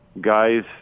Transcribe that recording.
guys